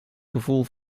gevoel